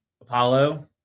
Apollo